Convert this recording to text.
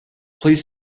please